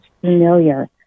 familiar